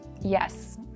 Yes